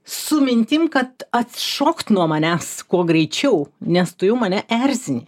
su mintim kad atšokt nuo manęs kuo greičiau nes tu jau mane erzini